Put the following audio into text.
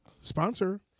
Sponsor